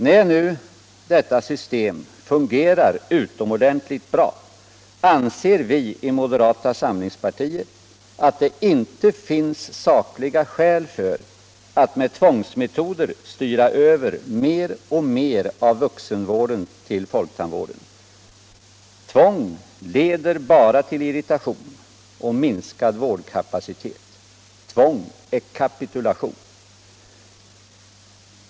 När nu detta system fungerar utomordentligt bra, anser vi i moderata samlingspartiet att det inte finns sakliga skäl för att med tvångsmetoder styra över mer och mer av vuxenvården till folktandvården. Tvång leder bara till irritation och minskad vårdkapacitet. Tvång är kapitulation.